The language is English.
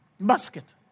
basket